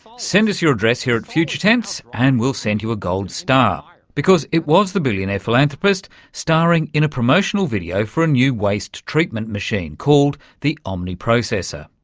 send us your address here at future tense and we'll send you a gold star because it was the billionaire philanthropist starring in a promotional video for a new waste treatment machine called the omni processor.